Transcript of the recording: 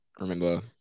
remember